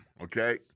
Okay